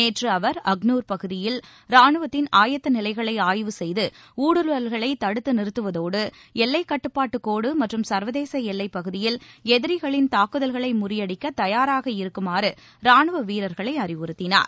நேற்று அவர் அக்னூர் பகுதியில் ரானுவத்தின் ஆயத்த நிலைகளை ஆய்வு செய்து ஊடுருவல்களை தடுத்து நிறுத்துவதோடு எல்லைக் கட்டுப்பாட்டு கோடு மற்றும் சர்வதேச எல்லைப் பகுதியில் எதிரிகளின் தாக்குதல்களை முறியடிக்கத் தயாராக இருக்குமாறு ரானுவ வீரர்களை அறிவுறுத்தினார்